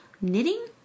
knitting